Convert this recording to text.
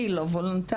אני לא וולונטארית,